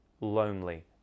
lonely